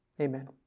Amen